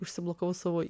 užsiblokavau savo